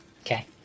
Okay